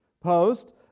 Post